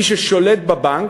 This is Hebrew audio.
מי ששולט בבנק,